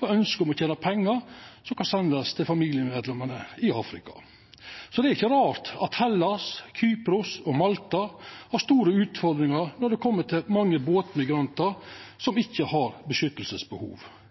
var ønsket om å tena pengar som kan sendast til familiemedlemer i Afrika. Så det er ikkje rart at Hellas, Kypros og Malta har store utfordringar når det har kome mange båtmigrantar som ikkje har behov